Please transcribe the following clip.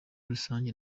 rusange